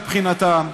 מבחינתם,